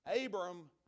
Abram